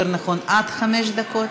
יותר נכון, עד חמש דקות.